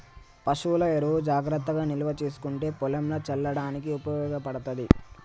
పశువుల ఎరువు జాగ్రత్తగా నిల్వ చేసుకుంటే పొలంల చల్లడానికి ఉపయోగపడ్తది